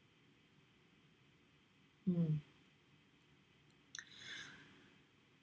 mm